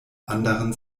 anderen